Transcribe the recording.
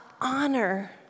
honor